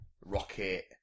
Rocket